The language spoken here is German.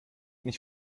mich